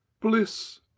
Bliss